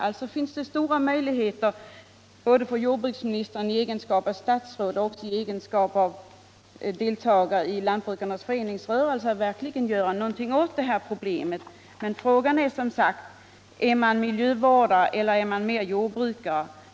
Det finns alltså stora möjligheter för jordbruksministern, både i hans egenskap av statsråd och i hans egenskap av deltagare i lantbrukarnas föreningsrörelse, att göra någonting åt problemet. Frågan är då om han är miljövårdare i första hand eller om han mer är jordbrukare.